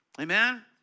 Amen